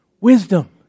Wisdom